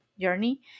journey